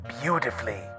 beautifully